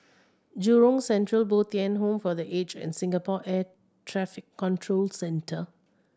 Jurong Central Bo Tien Home for The Aged and Singapore Air Traffic Control Centre